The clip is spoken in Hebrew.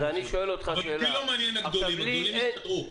אבל אותי לא מעניינים הגדולים, הגדולים יסתדרו.